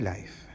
Life